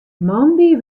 moandei